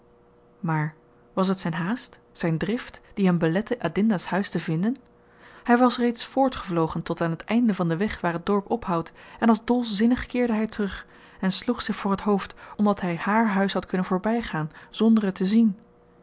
maar was t zyn haast zyn drift die hem belette adinda's huis te vinden hy was reeds voortgevlogen tot aan t einde van den weg waar het dorp ophoudt en als dolzinnig keerde hy terug en sloeg zich voor t hoofd omdat hy hààr huis had kunnen voorbygaan zonder het te zien